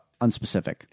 unspecific